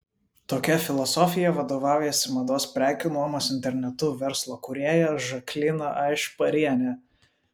tokia filosofija vadovaujasi mados prekių nuomos internetu verslo kūrėja žaklina aišparienė